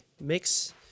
mix